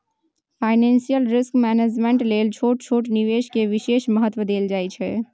financial risk management लेल छोट छोट निवेश के विशेष महत्व देल जाइ छइ